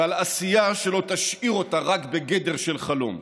ועל עשייה שלא תשאיר אותה רק בגדר של חלום.